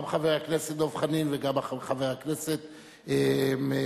גם חבר הכנסת דב חנין וגם חבר הכנסת מקלב,